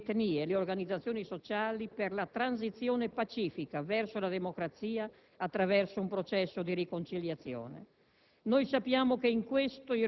di dialogo tra le parti, le etnie e le organizzazioni sociali, per la transizione pacifica verso la democrazia attraverso un processo di riconciliazione.